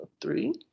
Three